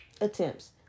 attempts